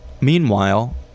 Meanwhile